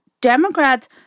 Democrats—